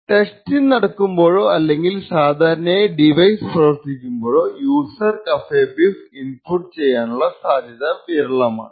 testing നടക്കുമ്പോളോ അല്ലെങ്കിൽ സാധാരണയായി ഡിവൈസ് പ്രവർത്തിക്കുമ്പോളോ യൂസർ കഫേബീഫ് ഇൻപുട്ട് ചെയ്യാനുള്ള അസാധ്യത വിരളമാണ്